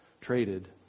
traded